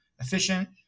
efficient